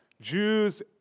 Jews